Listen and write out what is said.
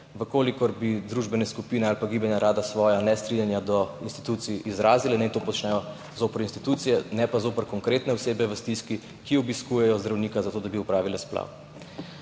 Če bi družbene skupine ali gibanja rada svoja nestrinjanja do institucij izrazila, naj to počnejo zoper institucije, ne pa zoper konkretne osebe v stiski, ki obiskujejo zdravnika, zato da bi opravile splav.